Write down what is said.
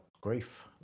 grief